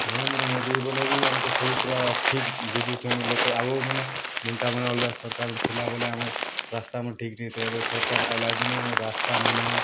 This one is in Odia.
ନରେନ୍ଦ୍ର ମୋଦି ବୋଲେ ବି ଆମକୁ ସବୁ ପୁରା ଠିକ୍ ବୁଝିଛନ୍ ଲୋକେ ଆଗରୁ ମାନେ ଯେନ୍ତା ଆମର୍ ଅଲଗା ସରକାର୍ ଥିଲା ବେଲେ ଆମର୍ ରାସ୍ତା ଆମର୍ ଠିକ୍ ନେଇଥେ ଏବେ ସରକାର୍ ଆଇଲା ଦିନୁ ରାସ୍ତା ମନେ